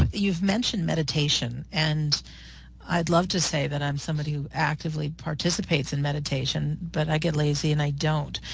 you've mentioned meditation. and i'd love to say that i'm someone who actively participates in meditation, but i get lazy and i don't.